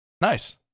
Nice